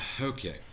Okay